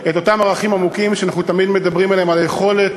את אותם ערכים עמוקים שאנחנו תמיד מדברים עליהם: על היכולת